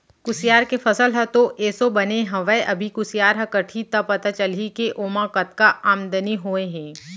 कुसियार के फसल ह तो एसो बने हवय अभी कुसियार ह कटही त पता चलही के ओमा कतका आमदनी होय हे